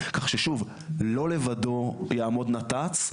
כך ששוב לא לבדו יעמוד נת"צ.